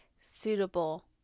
suitable